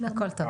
הכל טוב.